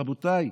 רבותיי,